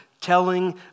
telling